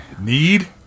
Need